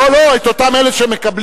לא, את אותם אלה שמקבלים.